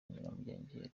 nyiramugengeri